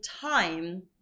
time